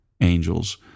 angels